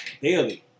daily